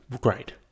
great